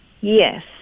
Yes